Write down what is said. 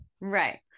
Right